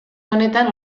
honetan